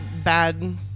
Bad